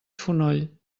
fonoll